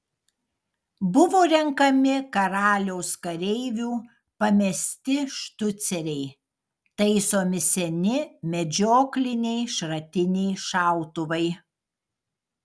buvo renkami karaliaus kareivių pamesti štuceriai taisomi seni medžiokliniai šratiniai šautuvai